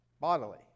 Bodily